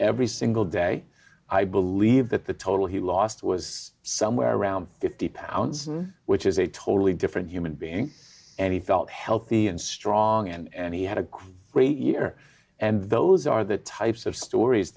every single day i believe that the total he lost was somewhere around fifty pounds which is a totally different human being any thought healthy and strong and he had a quick great year and those are the types of stories